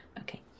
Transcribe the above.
Okay